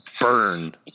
Burn